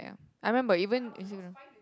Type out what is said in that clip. ya I remember even Instagram